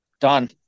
Done